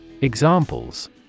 Examples